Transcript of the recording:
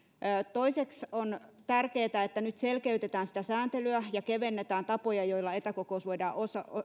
toiseksi on tärkeätä että nyt selkeytetään sitä sääntelyä ja kevennetään tapoja joilla etäkokous